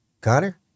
Connor